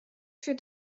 für